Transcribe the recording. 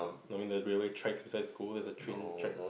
no I mean the railway tracks beside school there's a train track